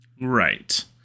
Right